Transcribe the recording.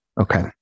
Okay